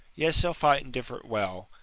yes, he'll fight indifferent well.